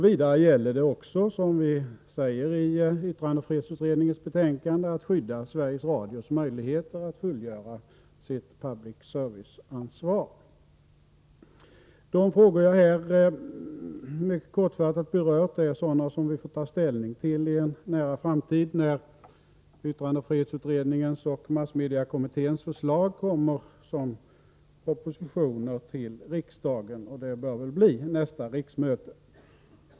Vidare gäller det, som vi säger i yttrandefrihetsutredningens betänkande, att skydda Sveriges Radios möjlighet att fullgöra sitt public-service-ansvar. De frågor som jag här mycket kortfattat har berört är sådana som vi får ta ställning till i en nära framtid, när yttrandefrihetsutredningens och massmediekommitténs förslag kommer som propositioner till riksdagen. Det bör bli under nästa riksmöte.